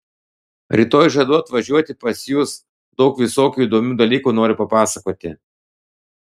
rytoj žadu atvažiuoti pas jus daug visokių įdomių dalykų noriu papasakoti